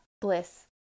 bliss